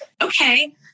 Okay